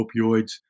opioids